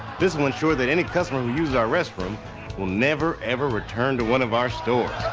this will ensure that any customer who uses our restroom will never, ever return to one of our stores.